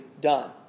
done